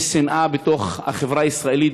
יש שנאה בתוך החברה הישראלית,